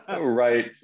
right